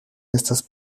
estas